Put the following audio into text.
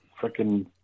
freaking